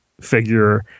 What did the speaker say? figure